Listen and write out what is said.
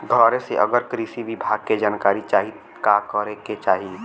घरे से अगर कृषि विभाग के जानकारी चाहीत का करे के चाही?